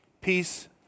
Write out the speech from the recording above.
peace